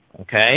Okay